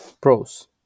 pros